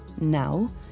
Now